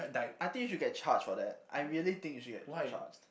I think you should get charged for that I really think you should get charged